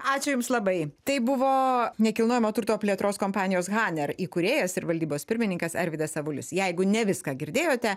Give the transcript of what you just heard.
ačiū jums labai tai buvo nekilnojamo turto plėtros kompanijos haner įkūrėjas ir valdybos pirmininkas arvydas avulis jeigu ne viską girdėjote